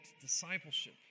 discipleship